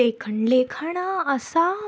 लेखन लेखन असा